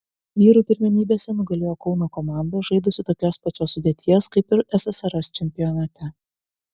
vyrų pirmenybėse nugalėjo kauno komanda žaidusi tokios pačios sudėties kaip ir ssrs čempionate